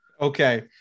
Okay